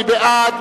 מי בעד?